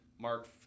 Mark